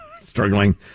Struggling